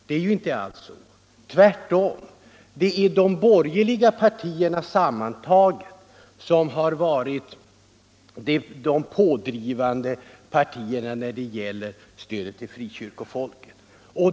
Det är ju inte alls så. Det är de borgerliga partierna som har Varit pådrivande i fråga om stödet till frikyrkofolket.